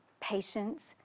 patience